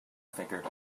figured